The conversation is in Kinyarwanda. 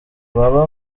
baba